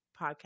podcast